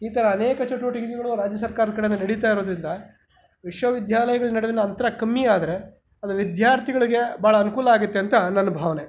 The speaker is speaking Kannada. ಈ ಥರ ಅನೇಕ ಚಟುವಟಿಕೆಗಳು ರಾಜ್ಯ ಸರ್ಕಾರದ ಕಡೆಯಿಂದ ನಡೀತಾ ಇರೋದರಿಂದ ವಿಶ್ವವಿದ್ಯಾಲಯಗಳ ನಡುವಿನ ಅಂತರ ಕಮ್ಮಿಯಾದರೆ ಅದು ವಿದ್ಯಾರ್ಥಿಗಳಿಗೆ ಭಾಳ ಅನುಕೂಲ ಆಗುತ್ತೆ ಅಂತ ನನ್ನ ಭಾವನೆ